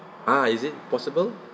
ah is it possible